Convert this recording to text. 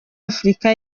afurika